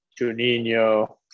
Juninho